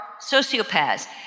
sociopaths